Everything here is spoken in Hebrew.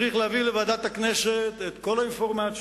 צריך להביא לוועדת הכנסת את כל האינפורמציה,